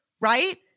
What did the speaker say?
right